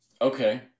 Okay